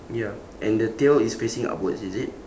ya and the tail is facing upwards is it